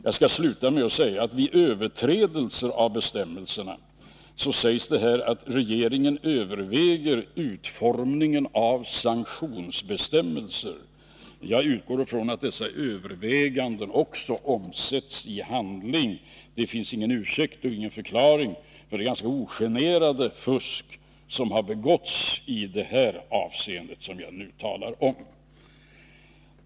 Jag skall sluta med att nämna vad som sägs om överträdelse av bestämmelserna, nämligen att regeringen överväger utformningen av sanktionsbestämmelser. Jag utgår från att dessa överväganden också omsätts i handling. Det finns ingen ursäkt för och ingen förklaring till det ganska ogenerade fusk som har begåtts i det avseende som jag nu talar om.